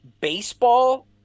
Baseball